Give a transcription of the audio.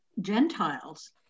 Gentiles